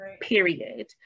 period